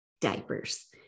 diapers